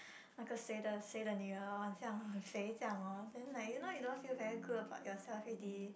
那个谁的谁的女儿这样肥这样 hor then like you know you don't feel very good about yourself already